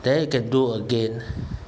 then you can do again